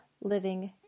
living